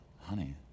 honey